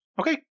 Okay